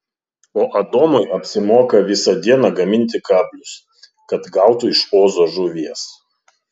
o adomui apsimoka visą dieną gaminti kablius kad gautų iš ozo žuvies